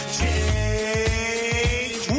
change